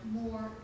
more